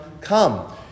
come